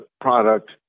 product